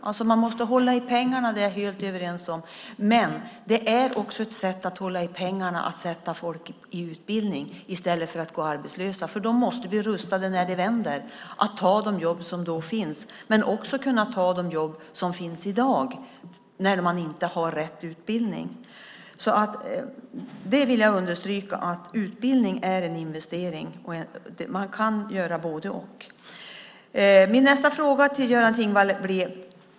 Att man måste hålla i pengarna är vi helt överens om, men det är också ett sätt att hålla i pengarna att sätta folk i utbildning i stället för att de går arbetslösa, för de måste bli rustade tills det vänder så de kan ta de jobb som då finns, men också för att kunna ta de jobb som finns i dag, för vilka man inte har rätt utbildning. Det vill jag understryka: Utbildning är en investering, och man kan göra både-och. Min nästa fråga till Göran Thingwall blir denna.